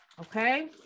okay